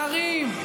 בערים,